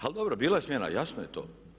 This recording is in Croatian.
Ali dobro, bilo je smjena, jasno je to.